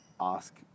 ask